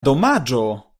domaĝo